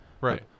Right